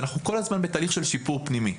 ואנחנו כל הזמן בתהליך של שיפור פנימי.